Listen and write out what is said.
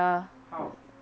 doing your room how